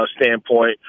standpoint